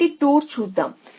మొదటి టూర్ చేద్దాం